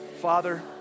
Father